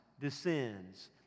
descends